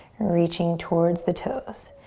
reaching towards the toes.